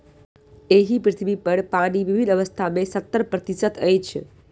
एहि पृथ्वीपर पानि विभिन्न अवस्था मे सत्तर प्रतिशत अछि